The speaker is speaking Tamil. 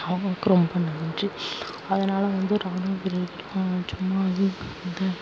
அவங்களுக்கு ரொம்ப நன்றி அதனால வந்து ராணுவ வீரர்கள்லாம் சும்மா லீவ்க்கு வந்து